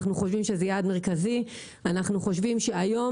אנחנו חושבים שזה יעד מרכזי ואנחנו חושבים שהיום,